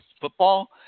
football